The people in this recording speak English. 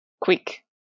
quick